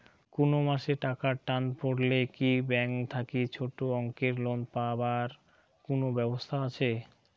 কুনো মাসে টাকার টান পড়লে কি ব্যাংক থাকি ছোটো অঙ্কের লোন পাবার কুনো ব্যাবস্থা আছে?